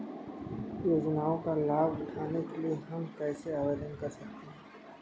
योजनाओं का लाभ उठाने के लिए हम कैसे आवेदन कर सकते हैं?